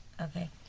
okay